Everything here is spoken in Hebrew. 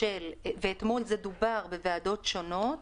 דובר בוועדות השונות